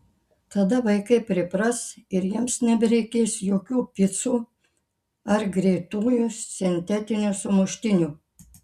tada vaikai pripras ir jiems nebereikės jokių picų ar greitųjų sintetinių sumuštinių